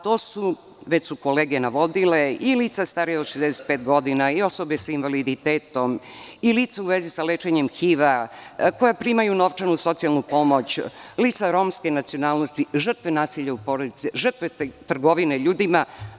To su, kolege su već navodile, lica starija od 65 godina, osobe sa invaliditetom, lica u vezi sa lečenjem HIV-a, koja primaju novčanu socijalnu pomoć, lica romske nacionalnosti, žrtve nasilja u porodici, žrtve trgovine ljudima.